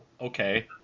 Okay